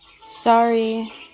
Sorry